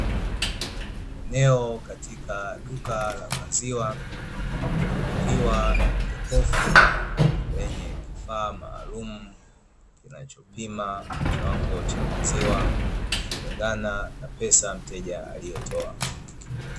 Eneo katika duka la maziwa likiwa na jokofu lenye kifaa maalumu, kinachopima kiwango cha maziwa kulingana na pesa mteja aliyotoa.